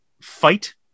fight